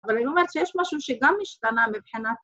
‫אבל הייתי אומרת שיש משהו ‫שגם השתנה מבחינת...